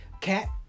Cat